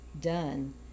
done